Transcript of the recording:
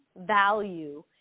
value